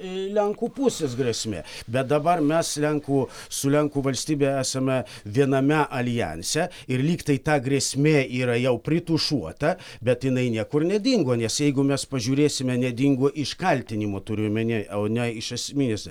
lenkų pusės grėsmė bet dabar mes lenkų su lenkų valstybe esame viename aljanse ir lyg tai ta grėsmė yra jau pritušuota bet jinai niekur nedingo nes jeigu mes pažiūrėsime nedingo iš kaltinimo turiu omenyje o ne iš esmės